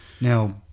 Now